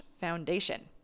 foundation